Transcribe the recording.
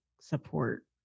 support